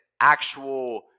actual